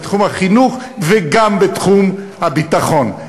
בתחום החינוך וגם בתחום הביטחון.